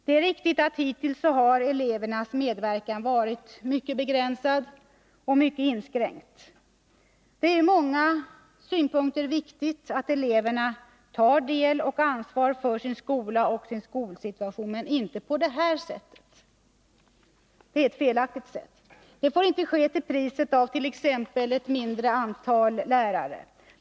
Det är riktigt att elevernas medverkan hittills har varit mycket begränsad och mycket inskränkt. Det är ur många synpunkter viktigt att eleverna tar del i och ansvar för sin skola och sin skolsituation. Men inte på detta sätt — det är ett felaktigt sätt. Det får inte ske till priset av t.ex. ett mindre antal lärare.